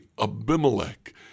Abimelech